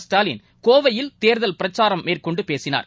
ஸ்டாலின் கோவையில் தேர்தல் பிரச்சாரம் மேற்கொண்டுபேசினார்